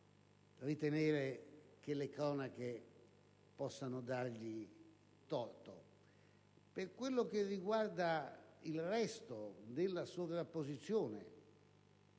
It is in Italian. ritenere che le cronache possano dargli torto. Per quanto riguarda il resto della sovrapposizione